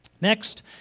Next